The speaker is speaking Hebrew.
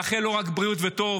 מאחל לו רק בריאות וטוב,